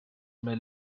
may